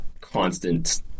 constant